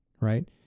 right